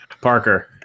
parker